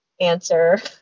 answer